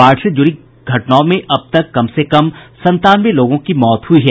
बाढ़ से जुड़ी घटनाओं में अब तक कम से कम संतानवे लोगों की मौत हुई है